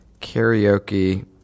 karaoke